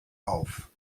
auf